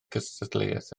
gystadleuaeth